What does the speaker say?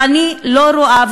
ואני לא רואה,